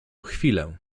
chwilę